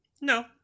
No